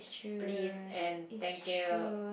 please and thank you